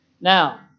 Now